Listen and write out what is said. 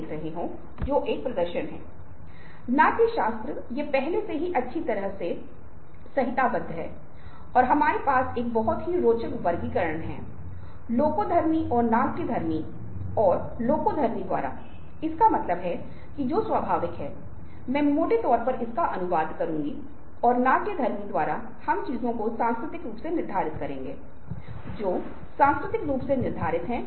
डिमाग धोना brainwashing Brain washing एक ऐसी तकनीक है जहां आप देखते हैं कि इसमें अनुनय के तत्व हो सकते हैं इसमें ज़बरदस्ती के तत्व भी हो सकते हैं किसी को एक साथ जोड़ने के लिए मजबूर करना और पुनरावृत्ति एक ऐसी चीज है जो विशिष्ट रूप से वहां होती है और इसलिए हम इसे जोड़ तोड़ की श्रेणी में रखते हैं